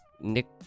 nick